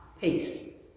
peace